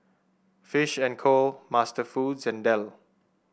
Fish and Co MasterFoods and Dell